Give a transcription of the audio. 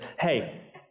hey